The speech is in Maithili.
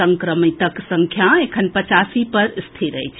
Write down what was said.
संक्रमितक संख्या एखन पचासी पर रिथर अछि